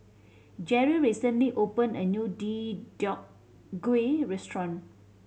Jerrie recently opened a new Deodeok Gui restaurant